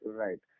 right